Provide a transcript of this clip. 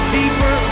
deeper